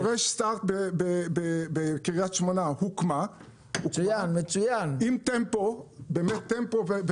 התחלה חדשה בקריית שמונה הוקמה עם טמפו ותנובה.